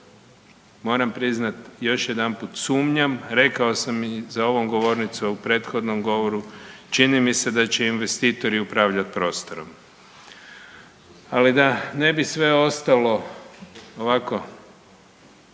moram priznat još jedanput sumnjam rekao sam i za ovom govornicom u prethodnom govoru, čini mi se da će investitori upravljati prostorom. Ali da ne bi sve ostalo ovako